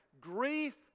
Grief